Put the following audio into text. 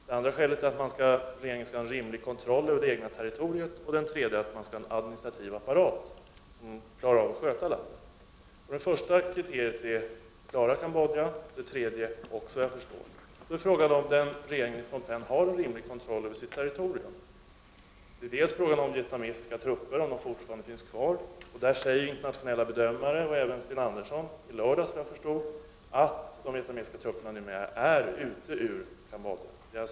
Det andra kriteriet är att regeringen skall ha en rimlig kontroll över det egna territoriet, och det tredje kriteriet är att det skall finnas en administrativ apparat för att man skall kunna klara av att sköta landet. Det första kriteriet klarar Cambodja, och det tredje likaså, enligt vad jag förstår. Problemet är då om regeringen i Phnom Penh har en rimlig kontroll över landets territorium. Den första frågan är om vietnamesiska trupper fortfarande finns kvar i landet. I den frågan säger internationella bedömare — och även Sten Andersson i lördags, såvitt jag förstår — att de vietnamesiska trupperna numera är ute ur Cambodja.